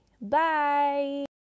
Bye